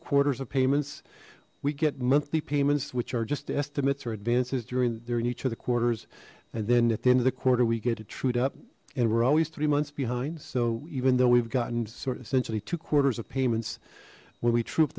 quarters of payments we get monthly payments which are just estimates or advances during there in each of the quarters and then at the end of the quarter we get it trude up and we're always three months behind so even though we've gotten sort of essentially two quarters of payments when we troop